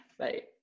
Right